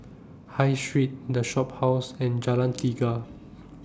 High Street The Shophouse and Jalan Tiga